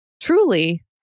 truly